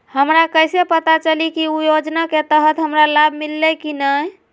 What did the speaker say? हमरा कैसे पता चली की उ योजना के तहत हमरा लाभ मिल्ले की न?